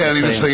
כן, אני מסיים.